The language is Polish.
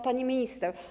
Pani Minister!